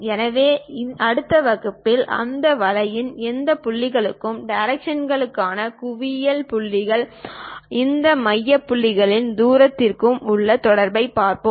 எனவே அடுத்த வகுப்பில் அந்த வளைவின் எந்த புள்ளிகளுக்கும் டைரக்ட்ரிக்ஸிற்கான குவிய புள்ளிக்கும் இந்த மைய புள்ளியிலிருந்து தூரத்திற்கும் உள்ள தொடர்பைப் பார்ப்போம்